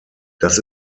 das